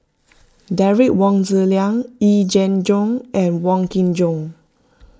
Derek Wong Zi Liang Yee Jenn Jong and Wong Kin Jong